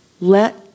let